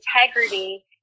integrity